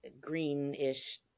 greenish